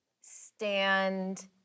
stand